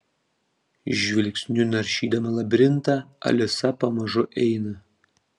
žvilgsniu naršydama labirintą alisa pamažu eina